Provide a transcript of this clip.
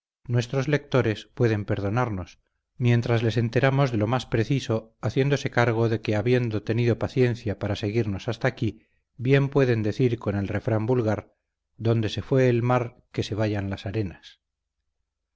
nuestros lectores pueden perdonarnos mientras les enteramos de lo más preciso haciéndose cargo de que habiendo tenido paciencia para seguirnos hasta aquí bien pueden decir con el refrán vulgar donde se fue el mar que se vayan las arenas